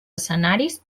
escenaris